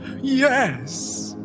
Yes